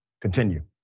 Continue